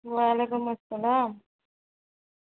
وعلیکم السلام